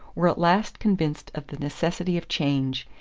were at last convinced of the necessity of change,